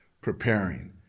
preparing